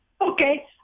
Okay